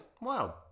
Wow